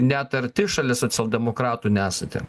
net arti šalia socialdemokratų nesate